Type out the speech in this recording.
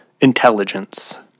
intelligence